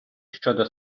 щодо